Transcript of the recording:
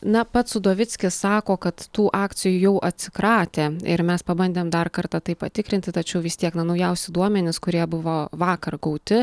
na pats udovickis sako kad tų akcijų jau atsikratė ir mes pabandėm dar kartą tai patikrinti tačiau vis tiek na naujausi duomenys kurie buvo vakar gauti